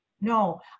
No